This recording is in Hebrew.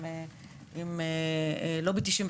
עם לובי 99,